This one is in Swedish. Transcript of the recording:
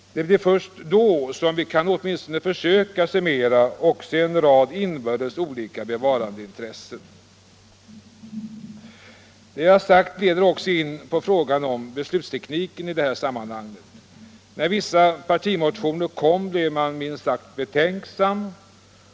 Det blir ju först då som vi kan åtminstone försöka summera även en rad inbördes olika bevarandeintressen. Det jag nu sagt leder också in på frågan om beslutstekniken i de här sammanhangen. När vissa partimotioner kom blev man minst sagt betänksam.